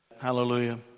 hallelujah